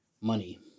money